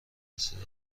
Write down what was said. رسیده